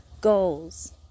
Goals